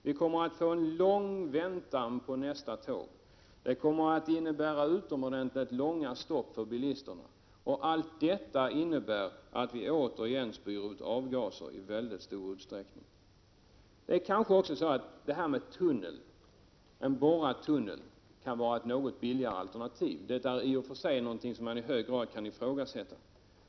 Vi kommer att få en lång väntan på nästa tåg. Det kommer att innebära utomordentligt långa stopp för bilisterna. Allt detta innebär att vi återigen spyr ut avgaser i mycket stor utsträckning. En borrad tunnel kanske kan vara ett något billigare alternativ. Det är i och för sig något som man i hög grad kan ifrågasätta.